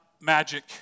magic